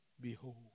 behold